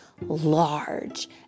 large